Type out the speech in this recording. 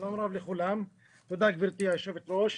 שלום רב לכולם, תודה גברתי יושבת הראש.